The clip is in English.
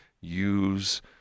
use